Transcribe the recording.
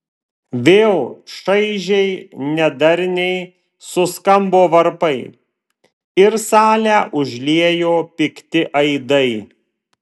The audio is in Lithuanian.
vėl šaižiai nedarniai suskambo varpai ir salę užliejo pikti aidai